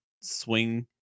swing